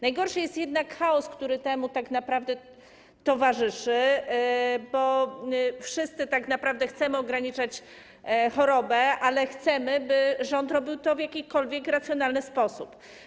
Najgorszy jest jednak chaos, który temu towarzyszy, bo wszyscy tak naprawdę chcemy ograniczać chorobę, ale chcemy, by rząd robił to w jakikolwiek racjonalny sposób.